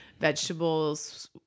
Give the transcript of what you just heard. vegetables